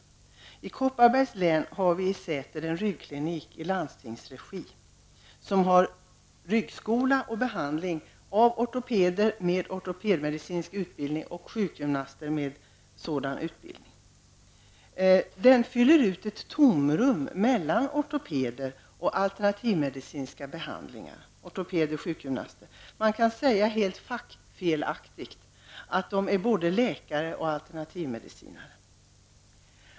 I Säter i Kopparbergs län drivs en ryggklinik i landstingsregi med ryggskola och behandling förmedlad av ortopeder med ortopedmedicinsk utbildning och sjukgymnaster med sjukgymnastutbildning. Den fyller ett tomrum mellan ortopeder/sjukgymnaster och alternativmedicinska behandlingar. Man kan säga, helt fackfelaktigt, att alternativmedicinarna är både läkare och alternativmedicinare.